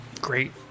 great